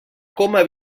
coma